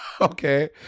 Okay